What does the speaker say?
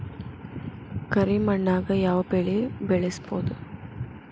ಕರಿ ಮಣ್ಣಾಗ್ ಯಾವ್ ಬೆಳಿ ಬೆಳ್ಸಬೋದು?